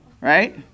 right